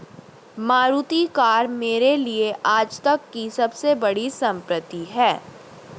Maruti car मेरे लिए आजतक की सबसे बड़ी संपत्ति है